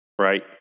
right